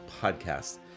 podcast